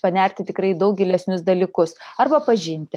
panerti tikrai į daug gilesnius dalykus arba pažinti